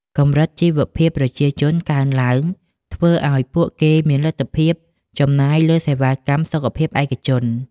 កម្រិតជីវភាពប្រជាជនកើនឡើង ធ្វើឱ្យពួកគេមានលទ្ធភាពចំណាយលើសេវាកម្មសុខភាពឯកជន។